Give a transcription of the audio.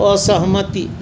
असहमति